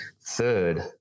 Third